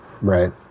Right